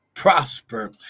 prosper